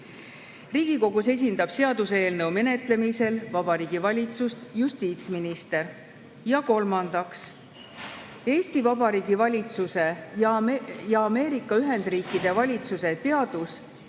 Riigikogus esindab seaduseelnõu menetlemisel Vabariigi Valitsust justiitsminister. Ja kolmandaks, Eesti Vabariigi valitsuse ja Ameerika Ühendriikide valitsuse teadus-